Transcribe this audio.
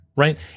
right